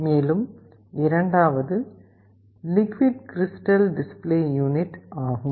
மேலும் இரண்டாவது liquid crystal display unit ஆகும்